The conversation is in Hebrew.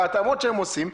בהתאמות שהם עושים.